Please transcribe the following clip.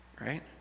right